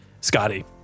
Scotty